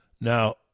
Now